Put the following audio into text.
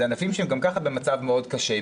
הם ענפים שהם ממילא במצב מאוד קשה.